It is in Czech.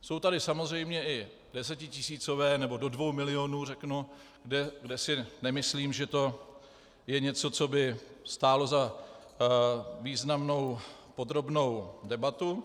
Jsou tady samozřejmě i desetitisícové nebo do dvou milionů, kde si nemyslím, že to je něco, co by stálo za významnou podrobnou debatu.